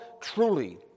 truly